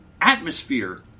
atmosphere